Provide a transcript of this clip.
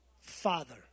Father